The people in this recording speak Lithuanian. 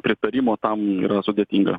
pritarimo tam yra sudėtinga